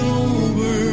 over